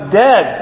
dead